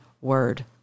Word